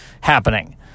happening